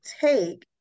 take